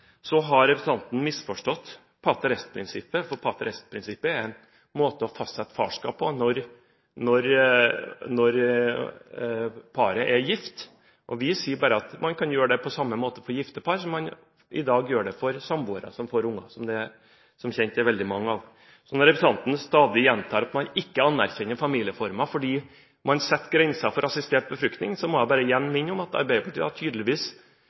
Så har representanten misforstått pater est-prinsippet, for dette prinsippet er en måte å fastsette farskap på når paret er gift. Vi sier bare at man kan gjøre dette på samme måte for gifte par som man i dag gjør for samboere som får barn, som det som kjent er veldig mange av. Så når representanten stadig gjentar at man ikke anerkjenner familieformer fordi man setter grenser for assistert befruktning, må jeg igjen minne om at Arbeiderpartiet da tydeligvis